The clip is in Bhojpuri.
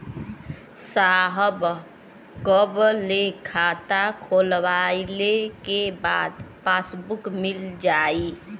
साहब कब ले खाता खोलवाइले के बाद पासबुक मिल जाई?